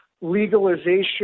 legalization